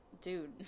Dude